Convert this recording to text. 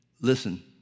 listen